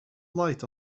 light